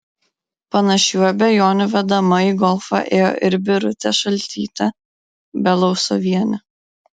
panašių abejonių vedama į golfą ėjo ir birutė šaltytė belousovienė